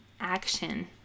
action